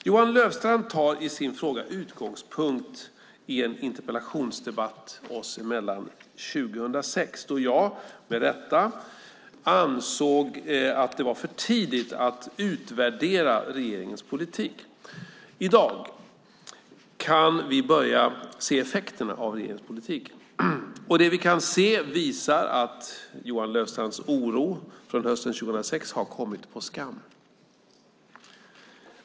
Johan Löfstrand tar i sin fråga utgångspunkt i en interpellationsdebatt oss emellan 2006, då jag, med rätta, ansåg att det var för tidigt att utvärdera regeringens politik. I dag kan vi börja se effekterna av regeringens politik, och det vi kan se visar att Johan Löfstrands oro från hösten 2006 har kommit på skam.